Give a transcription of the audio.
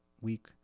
week